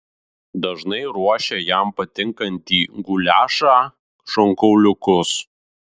dažnai ruošia jam patinkantį guliašą šonkauliukus